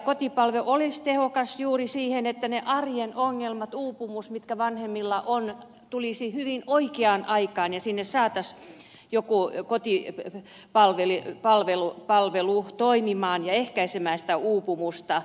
kotipalvelu olisi tehokas juuri siihen että ne arjen ongelmat uupumus mikä vanhemmilla on tulisivat hoidetuksi hyvin oikeaan aikaan ja sinne saataisiin kotipalvelu toimimaan ja ehkäisemään sitä uupumusta